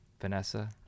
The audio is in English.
Vanessa